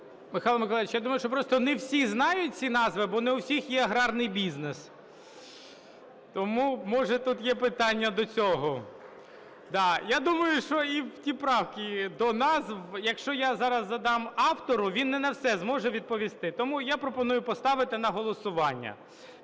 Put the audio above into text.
Михайло Миколайович, я думаю, що просто не всі знають ці назви, бо не в усіх є аграрний бізнес. Тому, може, тут є питання до цього. Я думаю, що і ті правки до назв, якщо я зараз задам автору, він не на все зможе відповісти. Тому я пропоную поставити на голосування.